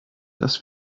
das